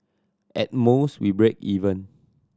at most we break even